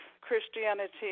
Christianity